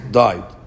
died